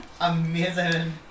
Amazing